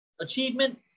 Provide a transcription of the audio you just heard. achievement